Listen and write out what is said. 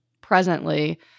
presently